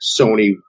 Sony